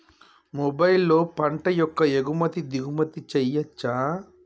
మొబైల్లో పంట యొక్క ఎగుమతి దిగుమతి చెయ్యచ్చా?